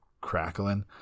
crackling